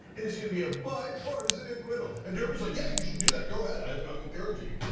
and it's gonna be a bipartisan acquittal. and durbin's like, yeah, you should do that, go ahead. i'm encouraging you.